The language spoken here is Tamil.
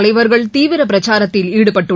தலைவர்கள் தீவிரபிரச்சாரத்தில் ஈடுபட்டுள்ளனர்